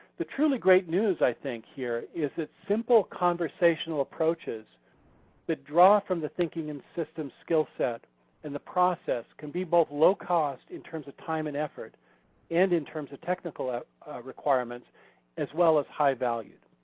the truly great news i think here is that simple conversational approaches that draw from the thinking and systems skillset and the process can be both low cost in terms of time and effort and in terms of technical ah requirements as well as high valued.